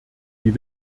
die